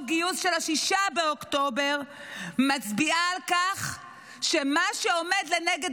גיוס של 6 באוקטובר מצביעה על כך שמה שעומד לנגד